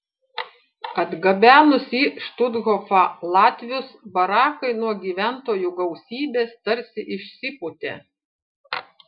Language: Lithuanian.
atgabenus į štuthofą latvius barakai nuo gyventojų gausybės tarsi išsipūtė